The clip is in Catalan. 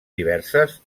diverses